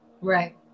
Right